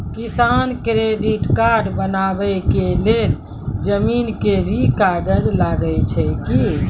किसान credit card बनबा के लेल जमीन के भी कागज लागै छै कि?